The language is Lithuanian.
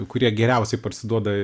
kurie geriausiai parsiduoda